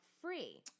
free